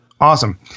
Awesome